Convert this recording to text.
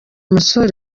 umusore